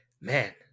Man